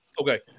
Okay